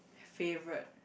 favourite